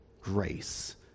grace